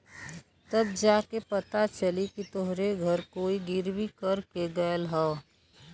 तब जा के पता चली कि तोहरे घर कोई गिर्वी कर के गयल हौ